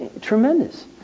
Tremendous